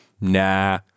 Nah